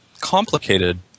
complicated